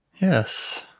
yes